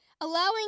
allowing